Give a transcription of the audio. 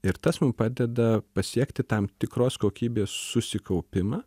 ir tas mum padeda pasiekti tam tikros kokybės susikaupimą